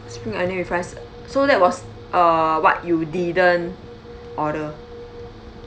spring onion with rice so that was uh what you didn't order